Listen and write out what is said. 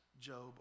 Job